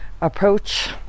approach